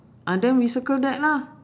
ah then we circle that lah